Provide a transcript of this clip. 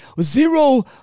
zero